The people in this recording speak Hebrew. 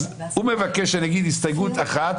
אז הוא מבקש שאני אגיד: הסתייגות 1,